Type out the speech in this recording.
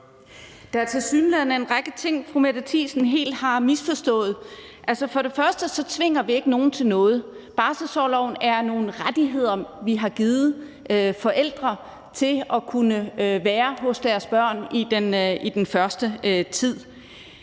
Der er tilsyneladende en række ting, som fru Mette Thiesen helt har misforstået. For det første tvinger vi ikke nogen til noget. Barselsorloven er nogle rettigheder, vi har givet forældre til at kunne være hos deres børn i den første tid,